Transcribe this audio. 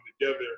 together